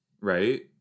right